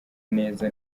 neza